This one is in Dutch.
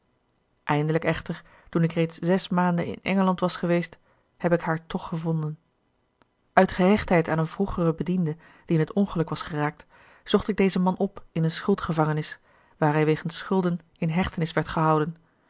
eindelijk echter toen ik reeds zes maanden in engeland was geweest heb ik haar tch gevonden uit gehechtheid aan een vroegeren bediende die in het ongeluk was geraakt zocht ik dezen man op in een schuldgevangenis waar hij wegens schulden in hechtenis werd gehouden